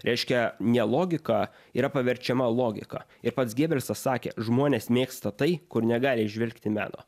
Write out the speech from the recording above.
reiškia ne logika yra paverčiama logika ir pats gėbelsas sakė žmonės mėgsta tai kur negali įžvelgti meno